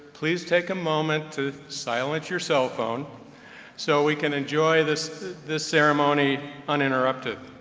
please take a moment to silence your cell phone so we can enjoy this this ceremony uninterrupted.